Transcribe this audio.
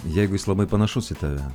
jeigu jis labai panašus į tave